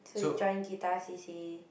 so you join guitar C_C_A